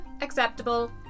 acceptable